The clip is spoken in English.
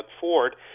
Ford